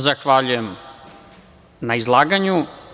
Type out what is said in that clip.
Zahvaljujem na izlaganju.